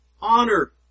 honor